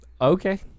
Okay